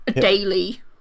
daily